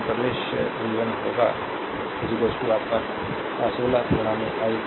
तो v 1 होगा your 16 i i 1